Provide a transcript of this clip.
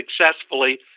successfully